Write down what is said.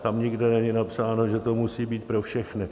Tam nikde není napsáno, že to musí být pro všechny.